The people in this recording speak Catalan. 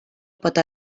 pot